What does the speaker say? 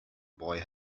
boy